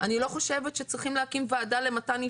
אני לא חושבת שצריכים להקים ועדה למתן אישורים,